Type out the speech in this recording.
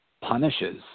punishes